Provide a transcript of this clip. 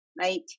right